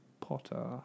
Potter